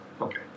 Okay